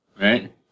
Right